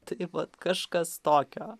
tai buvo kažkas tokio